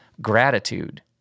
gratitude